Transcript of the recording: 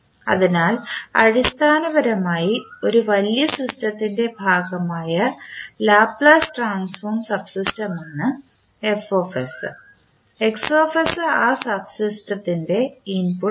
അതിനാൽ അടിസ്ഥാനപരമായി ഒരു വലിയ സിസ്റ്റത്തിൻറെ ഭാഗമായ ലാപ്ലേസ് ട്രാൻസ്ഫോർം സബ്സിസ്റ്റമാണ് ആ സബ്സിസ്റ്റത്തിൻറെ ഇൻപുട്ടാണ്